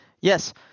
Yes